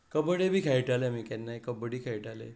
कबड्डी बी खेळटाले आमी केन्नाय कबड्डी खेळटाले